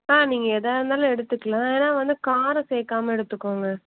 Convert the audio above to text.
ஆ நீங்கள் எதாக இருந்தாலும் எடுத்துக்கலாம் ஆனால் வந்து காரம் சேர்க்காம எடுத்துக்கோங்க